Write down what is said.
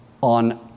on